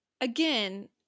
again